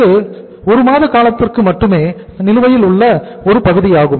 இது ஒரு மாத காலத்திற்கு மட்டுமே நிலுவையில் உள்ள ஒரு பகுதியாகும்